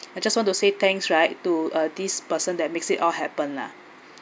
I just want to say thanks right to uh this person that makes it all happen lah